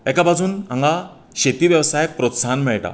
एका बाजून हांगा शेती वेवसायाक प्रोत्साहन मेळटा